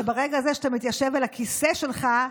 שברגע הזה שאתה מתיישב על הכיסא שלך,